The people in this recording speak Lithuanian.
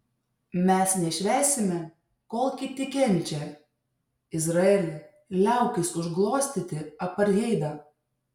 mes nešvęsime kol kiti kenčia izraeli liaukis užglostyti apartheidą